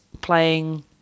playing